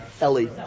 Ellie